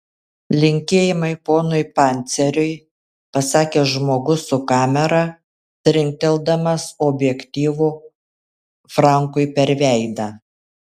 linkėjimai ponui panceriui pasakė žmogus su kamera trinkteldamas objektyvu frankui per veidą